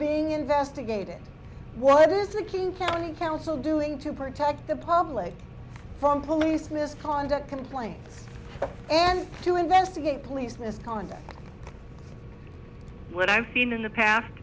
being investigated what is the king county council doing to protect the public from police misconduct complaints and to investigate police misconduct what i've seen in the past